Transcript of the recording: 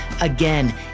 Again